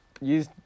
use